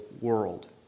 world